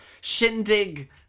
shindig